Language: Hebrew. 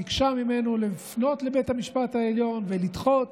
ביקשה ממנו לפנות לבית המשפט העליון ולדחות